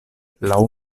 laŭ